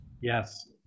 yes